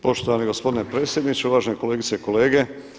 Poštovani gospodine predsjedniče, uvažene kolegice i kolege.